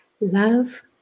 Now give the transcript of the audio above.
Love